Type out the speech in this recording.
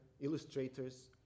illustrators